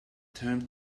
termed